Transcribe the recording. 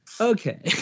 okay